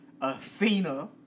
Athena